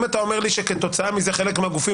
אם אתה אומר לי שכתוצאה מזה חלק מהגופים